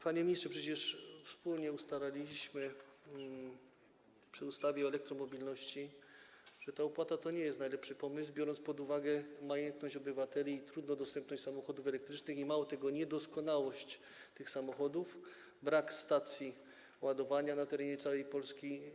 Panie ministrze, przecież wspólnie ustalaliśmy przy ustawie o elektromobilności, że ta opłata to nie jest najlepszy pomysł, biorąc pod uwagę majętność obywateli oraz trudną dostępność samochodów elektrycznych i, mało tego, niedoskonałość tych samochodów, brak stacji ładowania na terenie całej Polski.